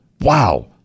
Wow